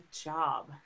job